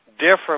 different